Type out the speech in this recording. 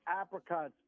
apricots